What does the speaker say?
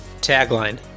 Tagline